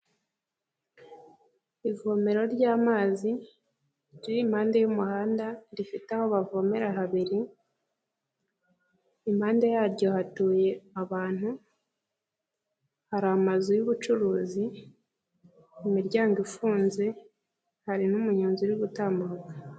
Ivomera ry'amazi rituriye impande y'umuhanda rifite aho bavomera habiri, impande yaryo hatuye abantu, hari amazu y'ubucuruzi imiryango ifunze, hari n'umuyonzi uri gutambuka.